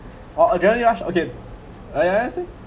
oh adrenaline rush okay uh have I say